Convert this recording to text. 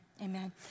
Amen